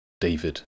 David